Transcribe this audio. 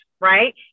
right